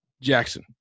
Jackson